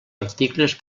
articles